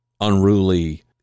unruly